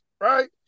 right